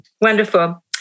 Wonderful